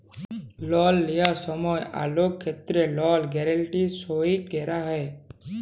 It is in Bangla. লল লিয়ার সময় অলেক ক্ষেত্রে লল গ্যারাল্টি সই ক্যরা হ্যয়